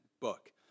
book